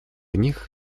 них